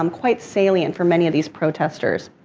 um quite salient for many of these protestors,